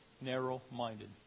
narrow-minded